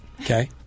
Okay